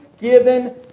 given